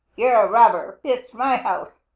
you're a robber! that's my house,